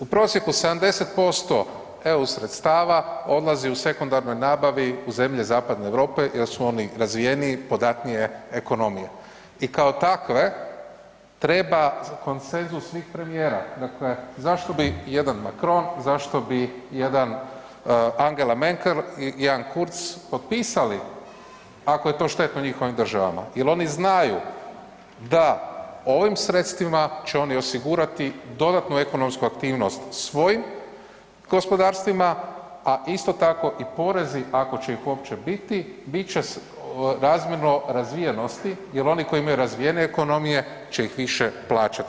U prosjeku 70% EU sredstava odlazi u sekundarnoj nabavi u zemlje zapadne Europe jer su oni razvijeniji, podatnije ekonomije i kao takve treba konsenzus svih premijera, dakle zašto bi jedan Macron, zašto bi jedan Angela Merkel i jedan Kurz potpisali ako je to štetno njihovim državama jer oni znaju da ovim sredstvima će oni osigurati dodatnu ekonomsku aktivnosti svojim gospodarstvima, a isto tako i porezi ako će ih uopće biti, bit će razmjerno razvijenosti jer oni koji imaju razvijenije ekonomije će ih više plaćati.